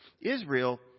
Israel